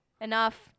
Enough